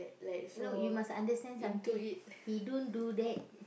you know you must understand something he don't do that